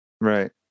right